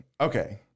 Okay